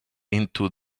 into